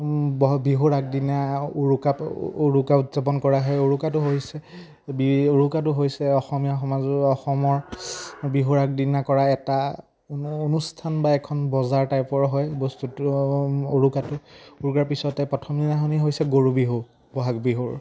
বিহুৰ আগদিনা উৰুকা উৰুকা উদযাপন কৰা হয় উৰুকাটো হৈছে বি উৰুকাটো হৈছে অসমীয়া সমাজৰ অসমৰ বিহুৰ আগদিনা কৰা এটা অনুষ্ঠান বা এখন বজাৰ টাইপৰ হয় বস্তুটো উৰুকাটো উৰুকাৰ পিছতে প্ৰথম দিনাখন হৈছে গৰু বিহু বহাগ বিহুৰ